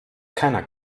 keiner